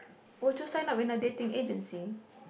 would you sign up in a dating agency